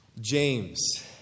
James